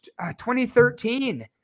2013